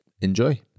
Enjoy